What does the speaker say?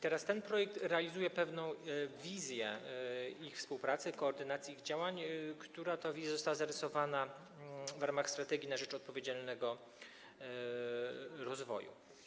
Ten projekt realizuje pewną wizję ich współpracy, koordynacji ich działań, która to wizja została zarysowana w ramach „Strategii na rzecz odpowiedzialnego rozwoju”